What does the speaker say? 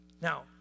Now